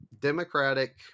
Democratic